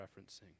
referencing